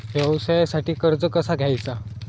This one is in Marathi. व्यवसायासाठी कर्ज कसा घ्यायचा?